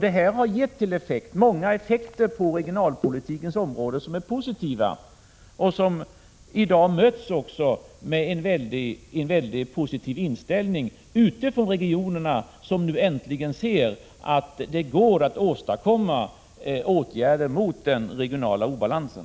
Detta har gett många positiva effekter på regionalpolitikens område. De möts också i dag med en mycket positiv inställning ute i regionerna, där man nu äntligen ser att det går att åstadkomma åtgärder mot den regionala obalansen.